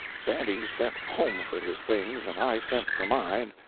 sandy sent home for his things, and i sent for mine,